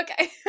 Okay